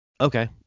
Okay